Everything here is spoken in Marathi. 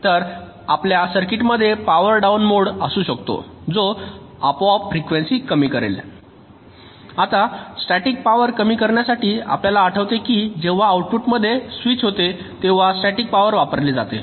तर आपल्या सर्किटमध्ये पॉवर डाऊन मोड असू शकतो जो आपोआप फ्रिकवेंसी कमी करेल आता स्टॅटिक पॉवर कमी करण्यासाठी आपल्याला आठवते की जेव्हा आउटपुटमध्ये स्विच होते तेव्हा स्टॅटिक पॉवर वापरली जाते